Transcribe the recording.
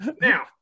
Now